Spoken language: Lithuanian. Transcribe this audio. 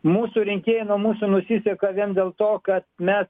mūsų rinkėjai nuo mūsų nusisuka vien dėl to kad mes